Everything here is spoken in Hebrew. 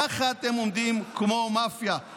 ככה אתם עובדים, כמו מאפיה.